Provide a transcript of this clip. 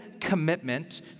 commitment